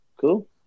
Cool